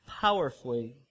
powerfully